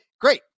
great